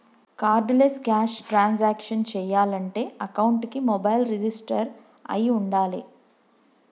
cardless cash transactions చెయ్యాలంటే అకౌంట్కి mobile register అయ్యి వుండాలే